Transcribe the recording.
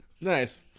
Nice